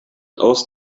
aus